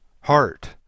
HEART